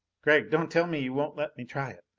gregg, don't tell me you won't let me try it!